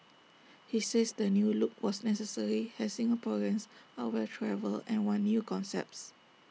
he says the new look was necessary as Singaporeans are well travelled and want new concepts